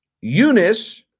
Eunice